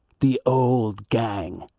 the old gang!